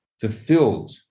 fulfilled